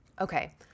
Okay